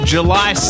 July